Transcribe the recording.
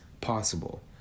possible